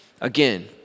Again